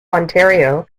ontario